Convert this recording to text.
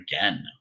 again